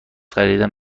خریدن